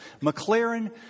McLaren